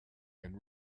and